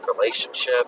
relationship